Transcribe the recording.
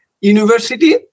university